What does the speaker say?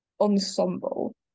ensemble